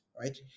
Right